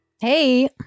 Hey